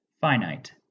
finite